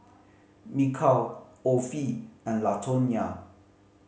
Mikal Offie and Latonya